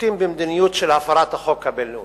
נוקטות מדיניות של הפרת החוק הבין-לאומי,